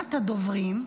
ראשונת הדוברים,